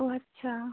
ও আচ্ছা